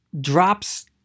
drops